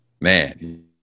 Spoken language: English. man